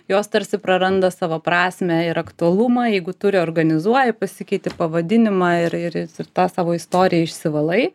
jos tarsi praranda savo prasmę ir aktualumą jeigu tu reorganizuoji pasikeiti pavadinimą ir ir ir tą savo istoriją išsivalai